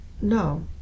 no